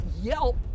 yelp